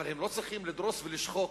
אבל הם לא צריכים לדרוס ולשחוק.